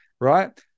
right